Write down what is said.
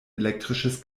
elektrisches